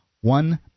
one